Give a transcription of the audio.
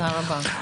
תודה רבה.